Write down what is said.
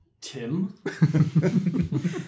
Tim